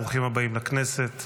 ברוכים הבאים לכנסת.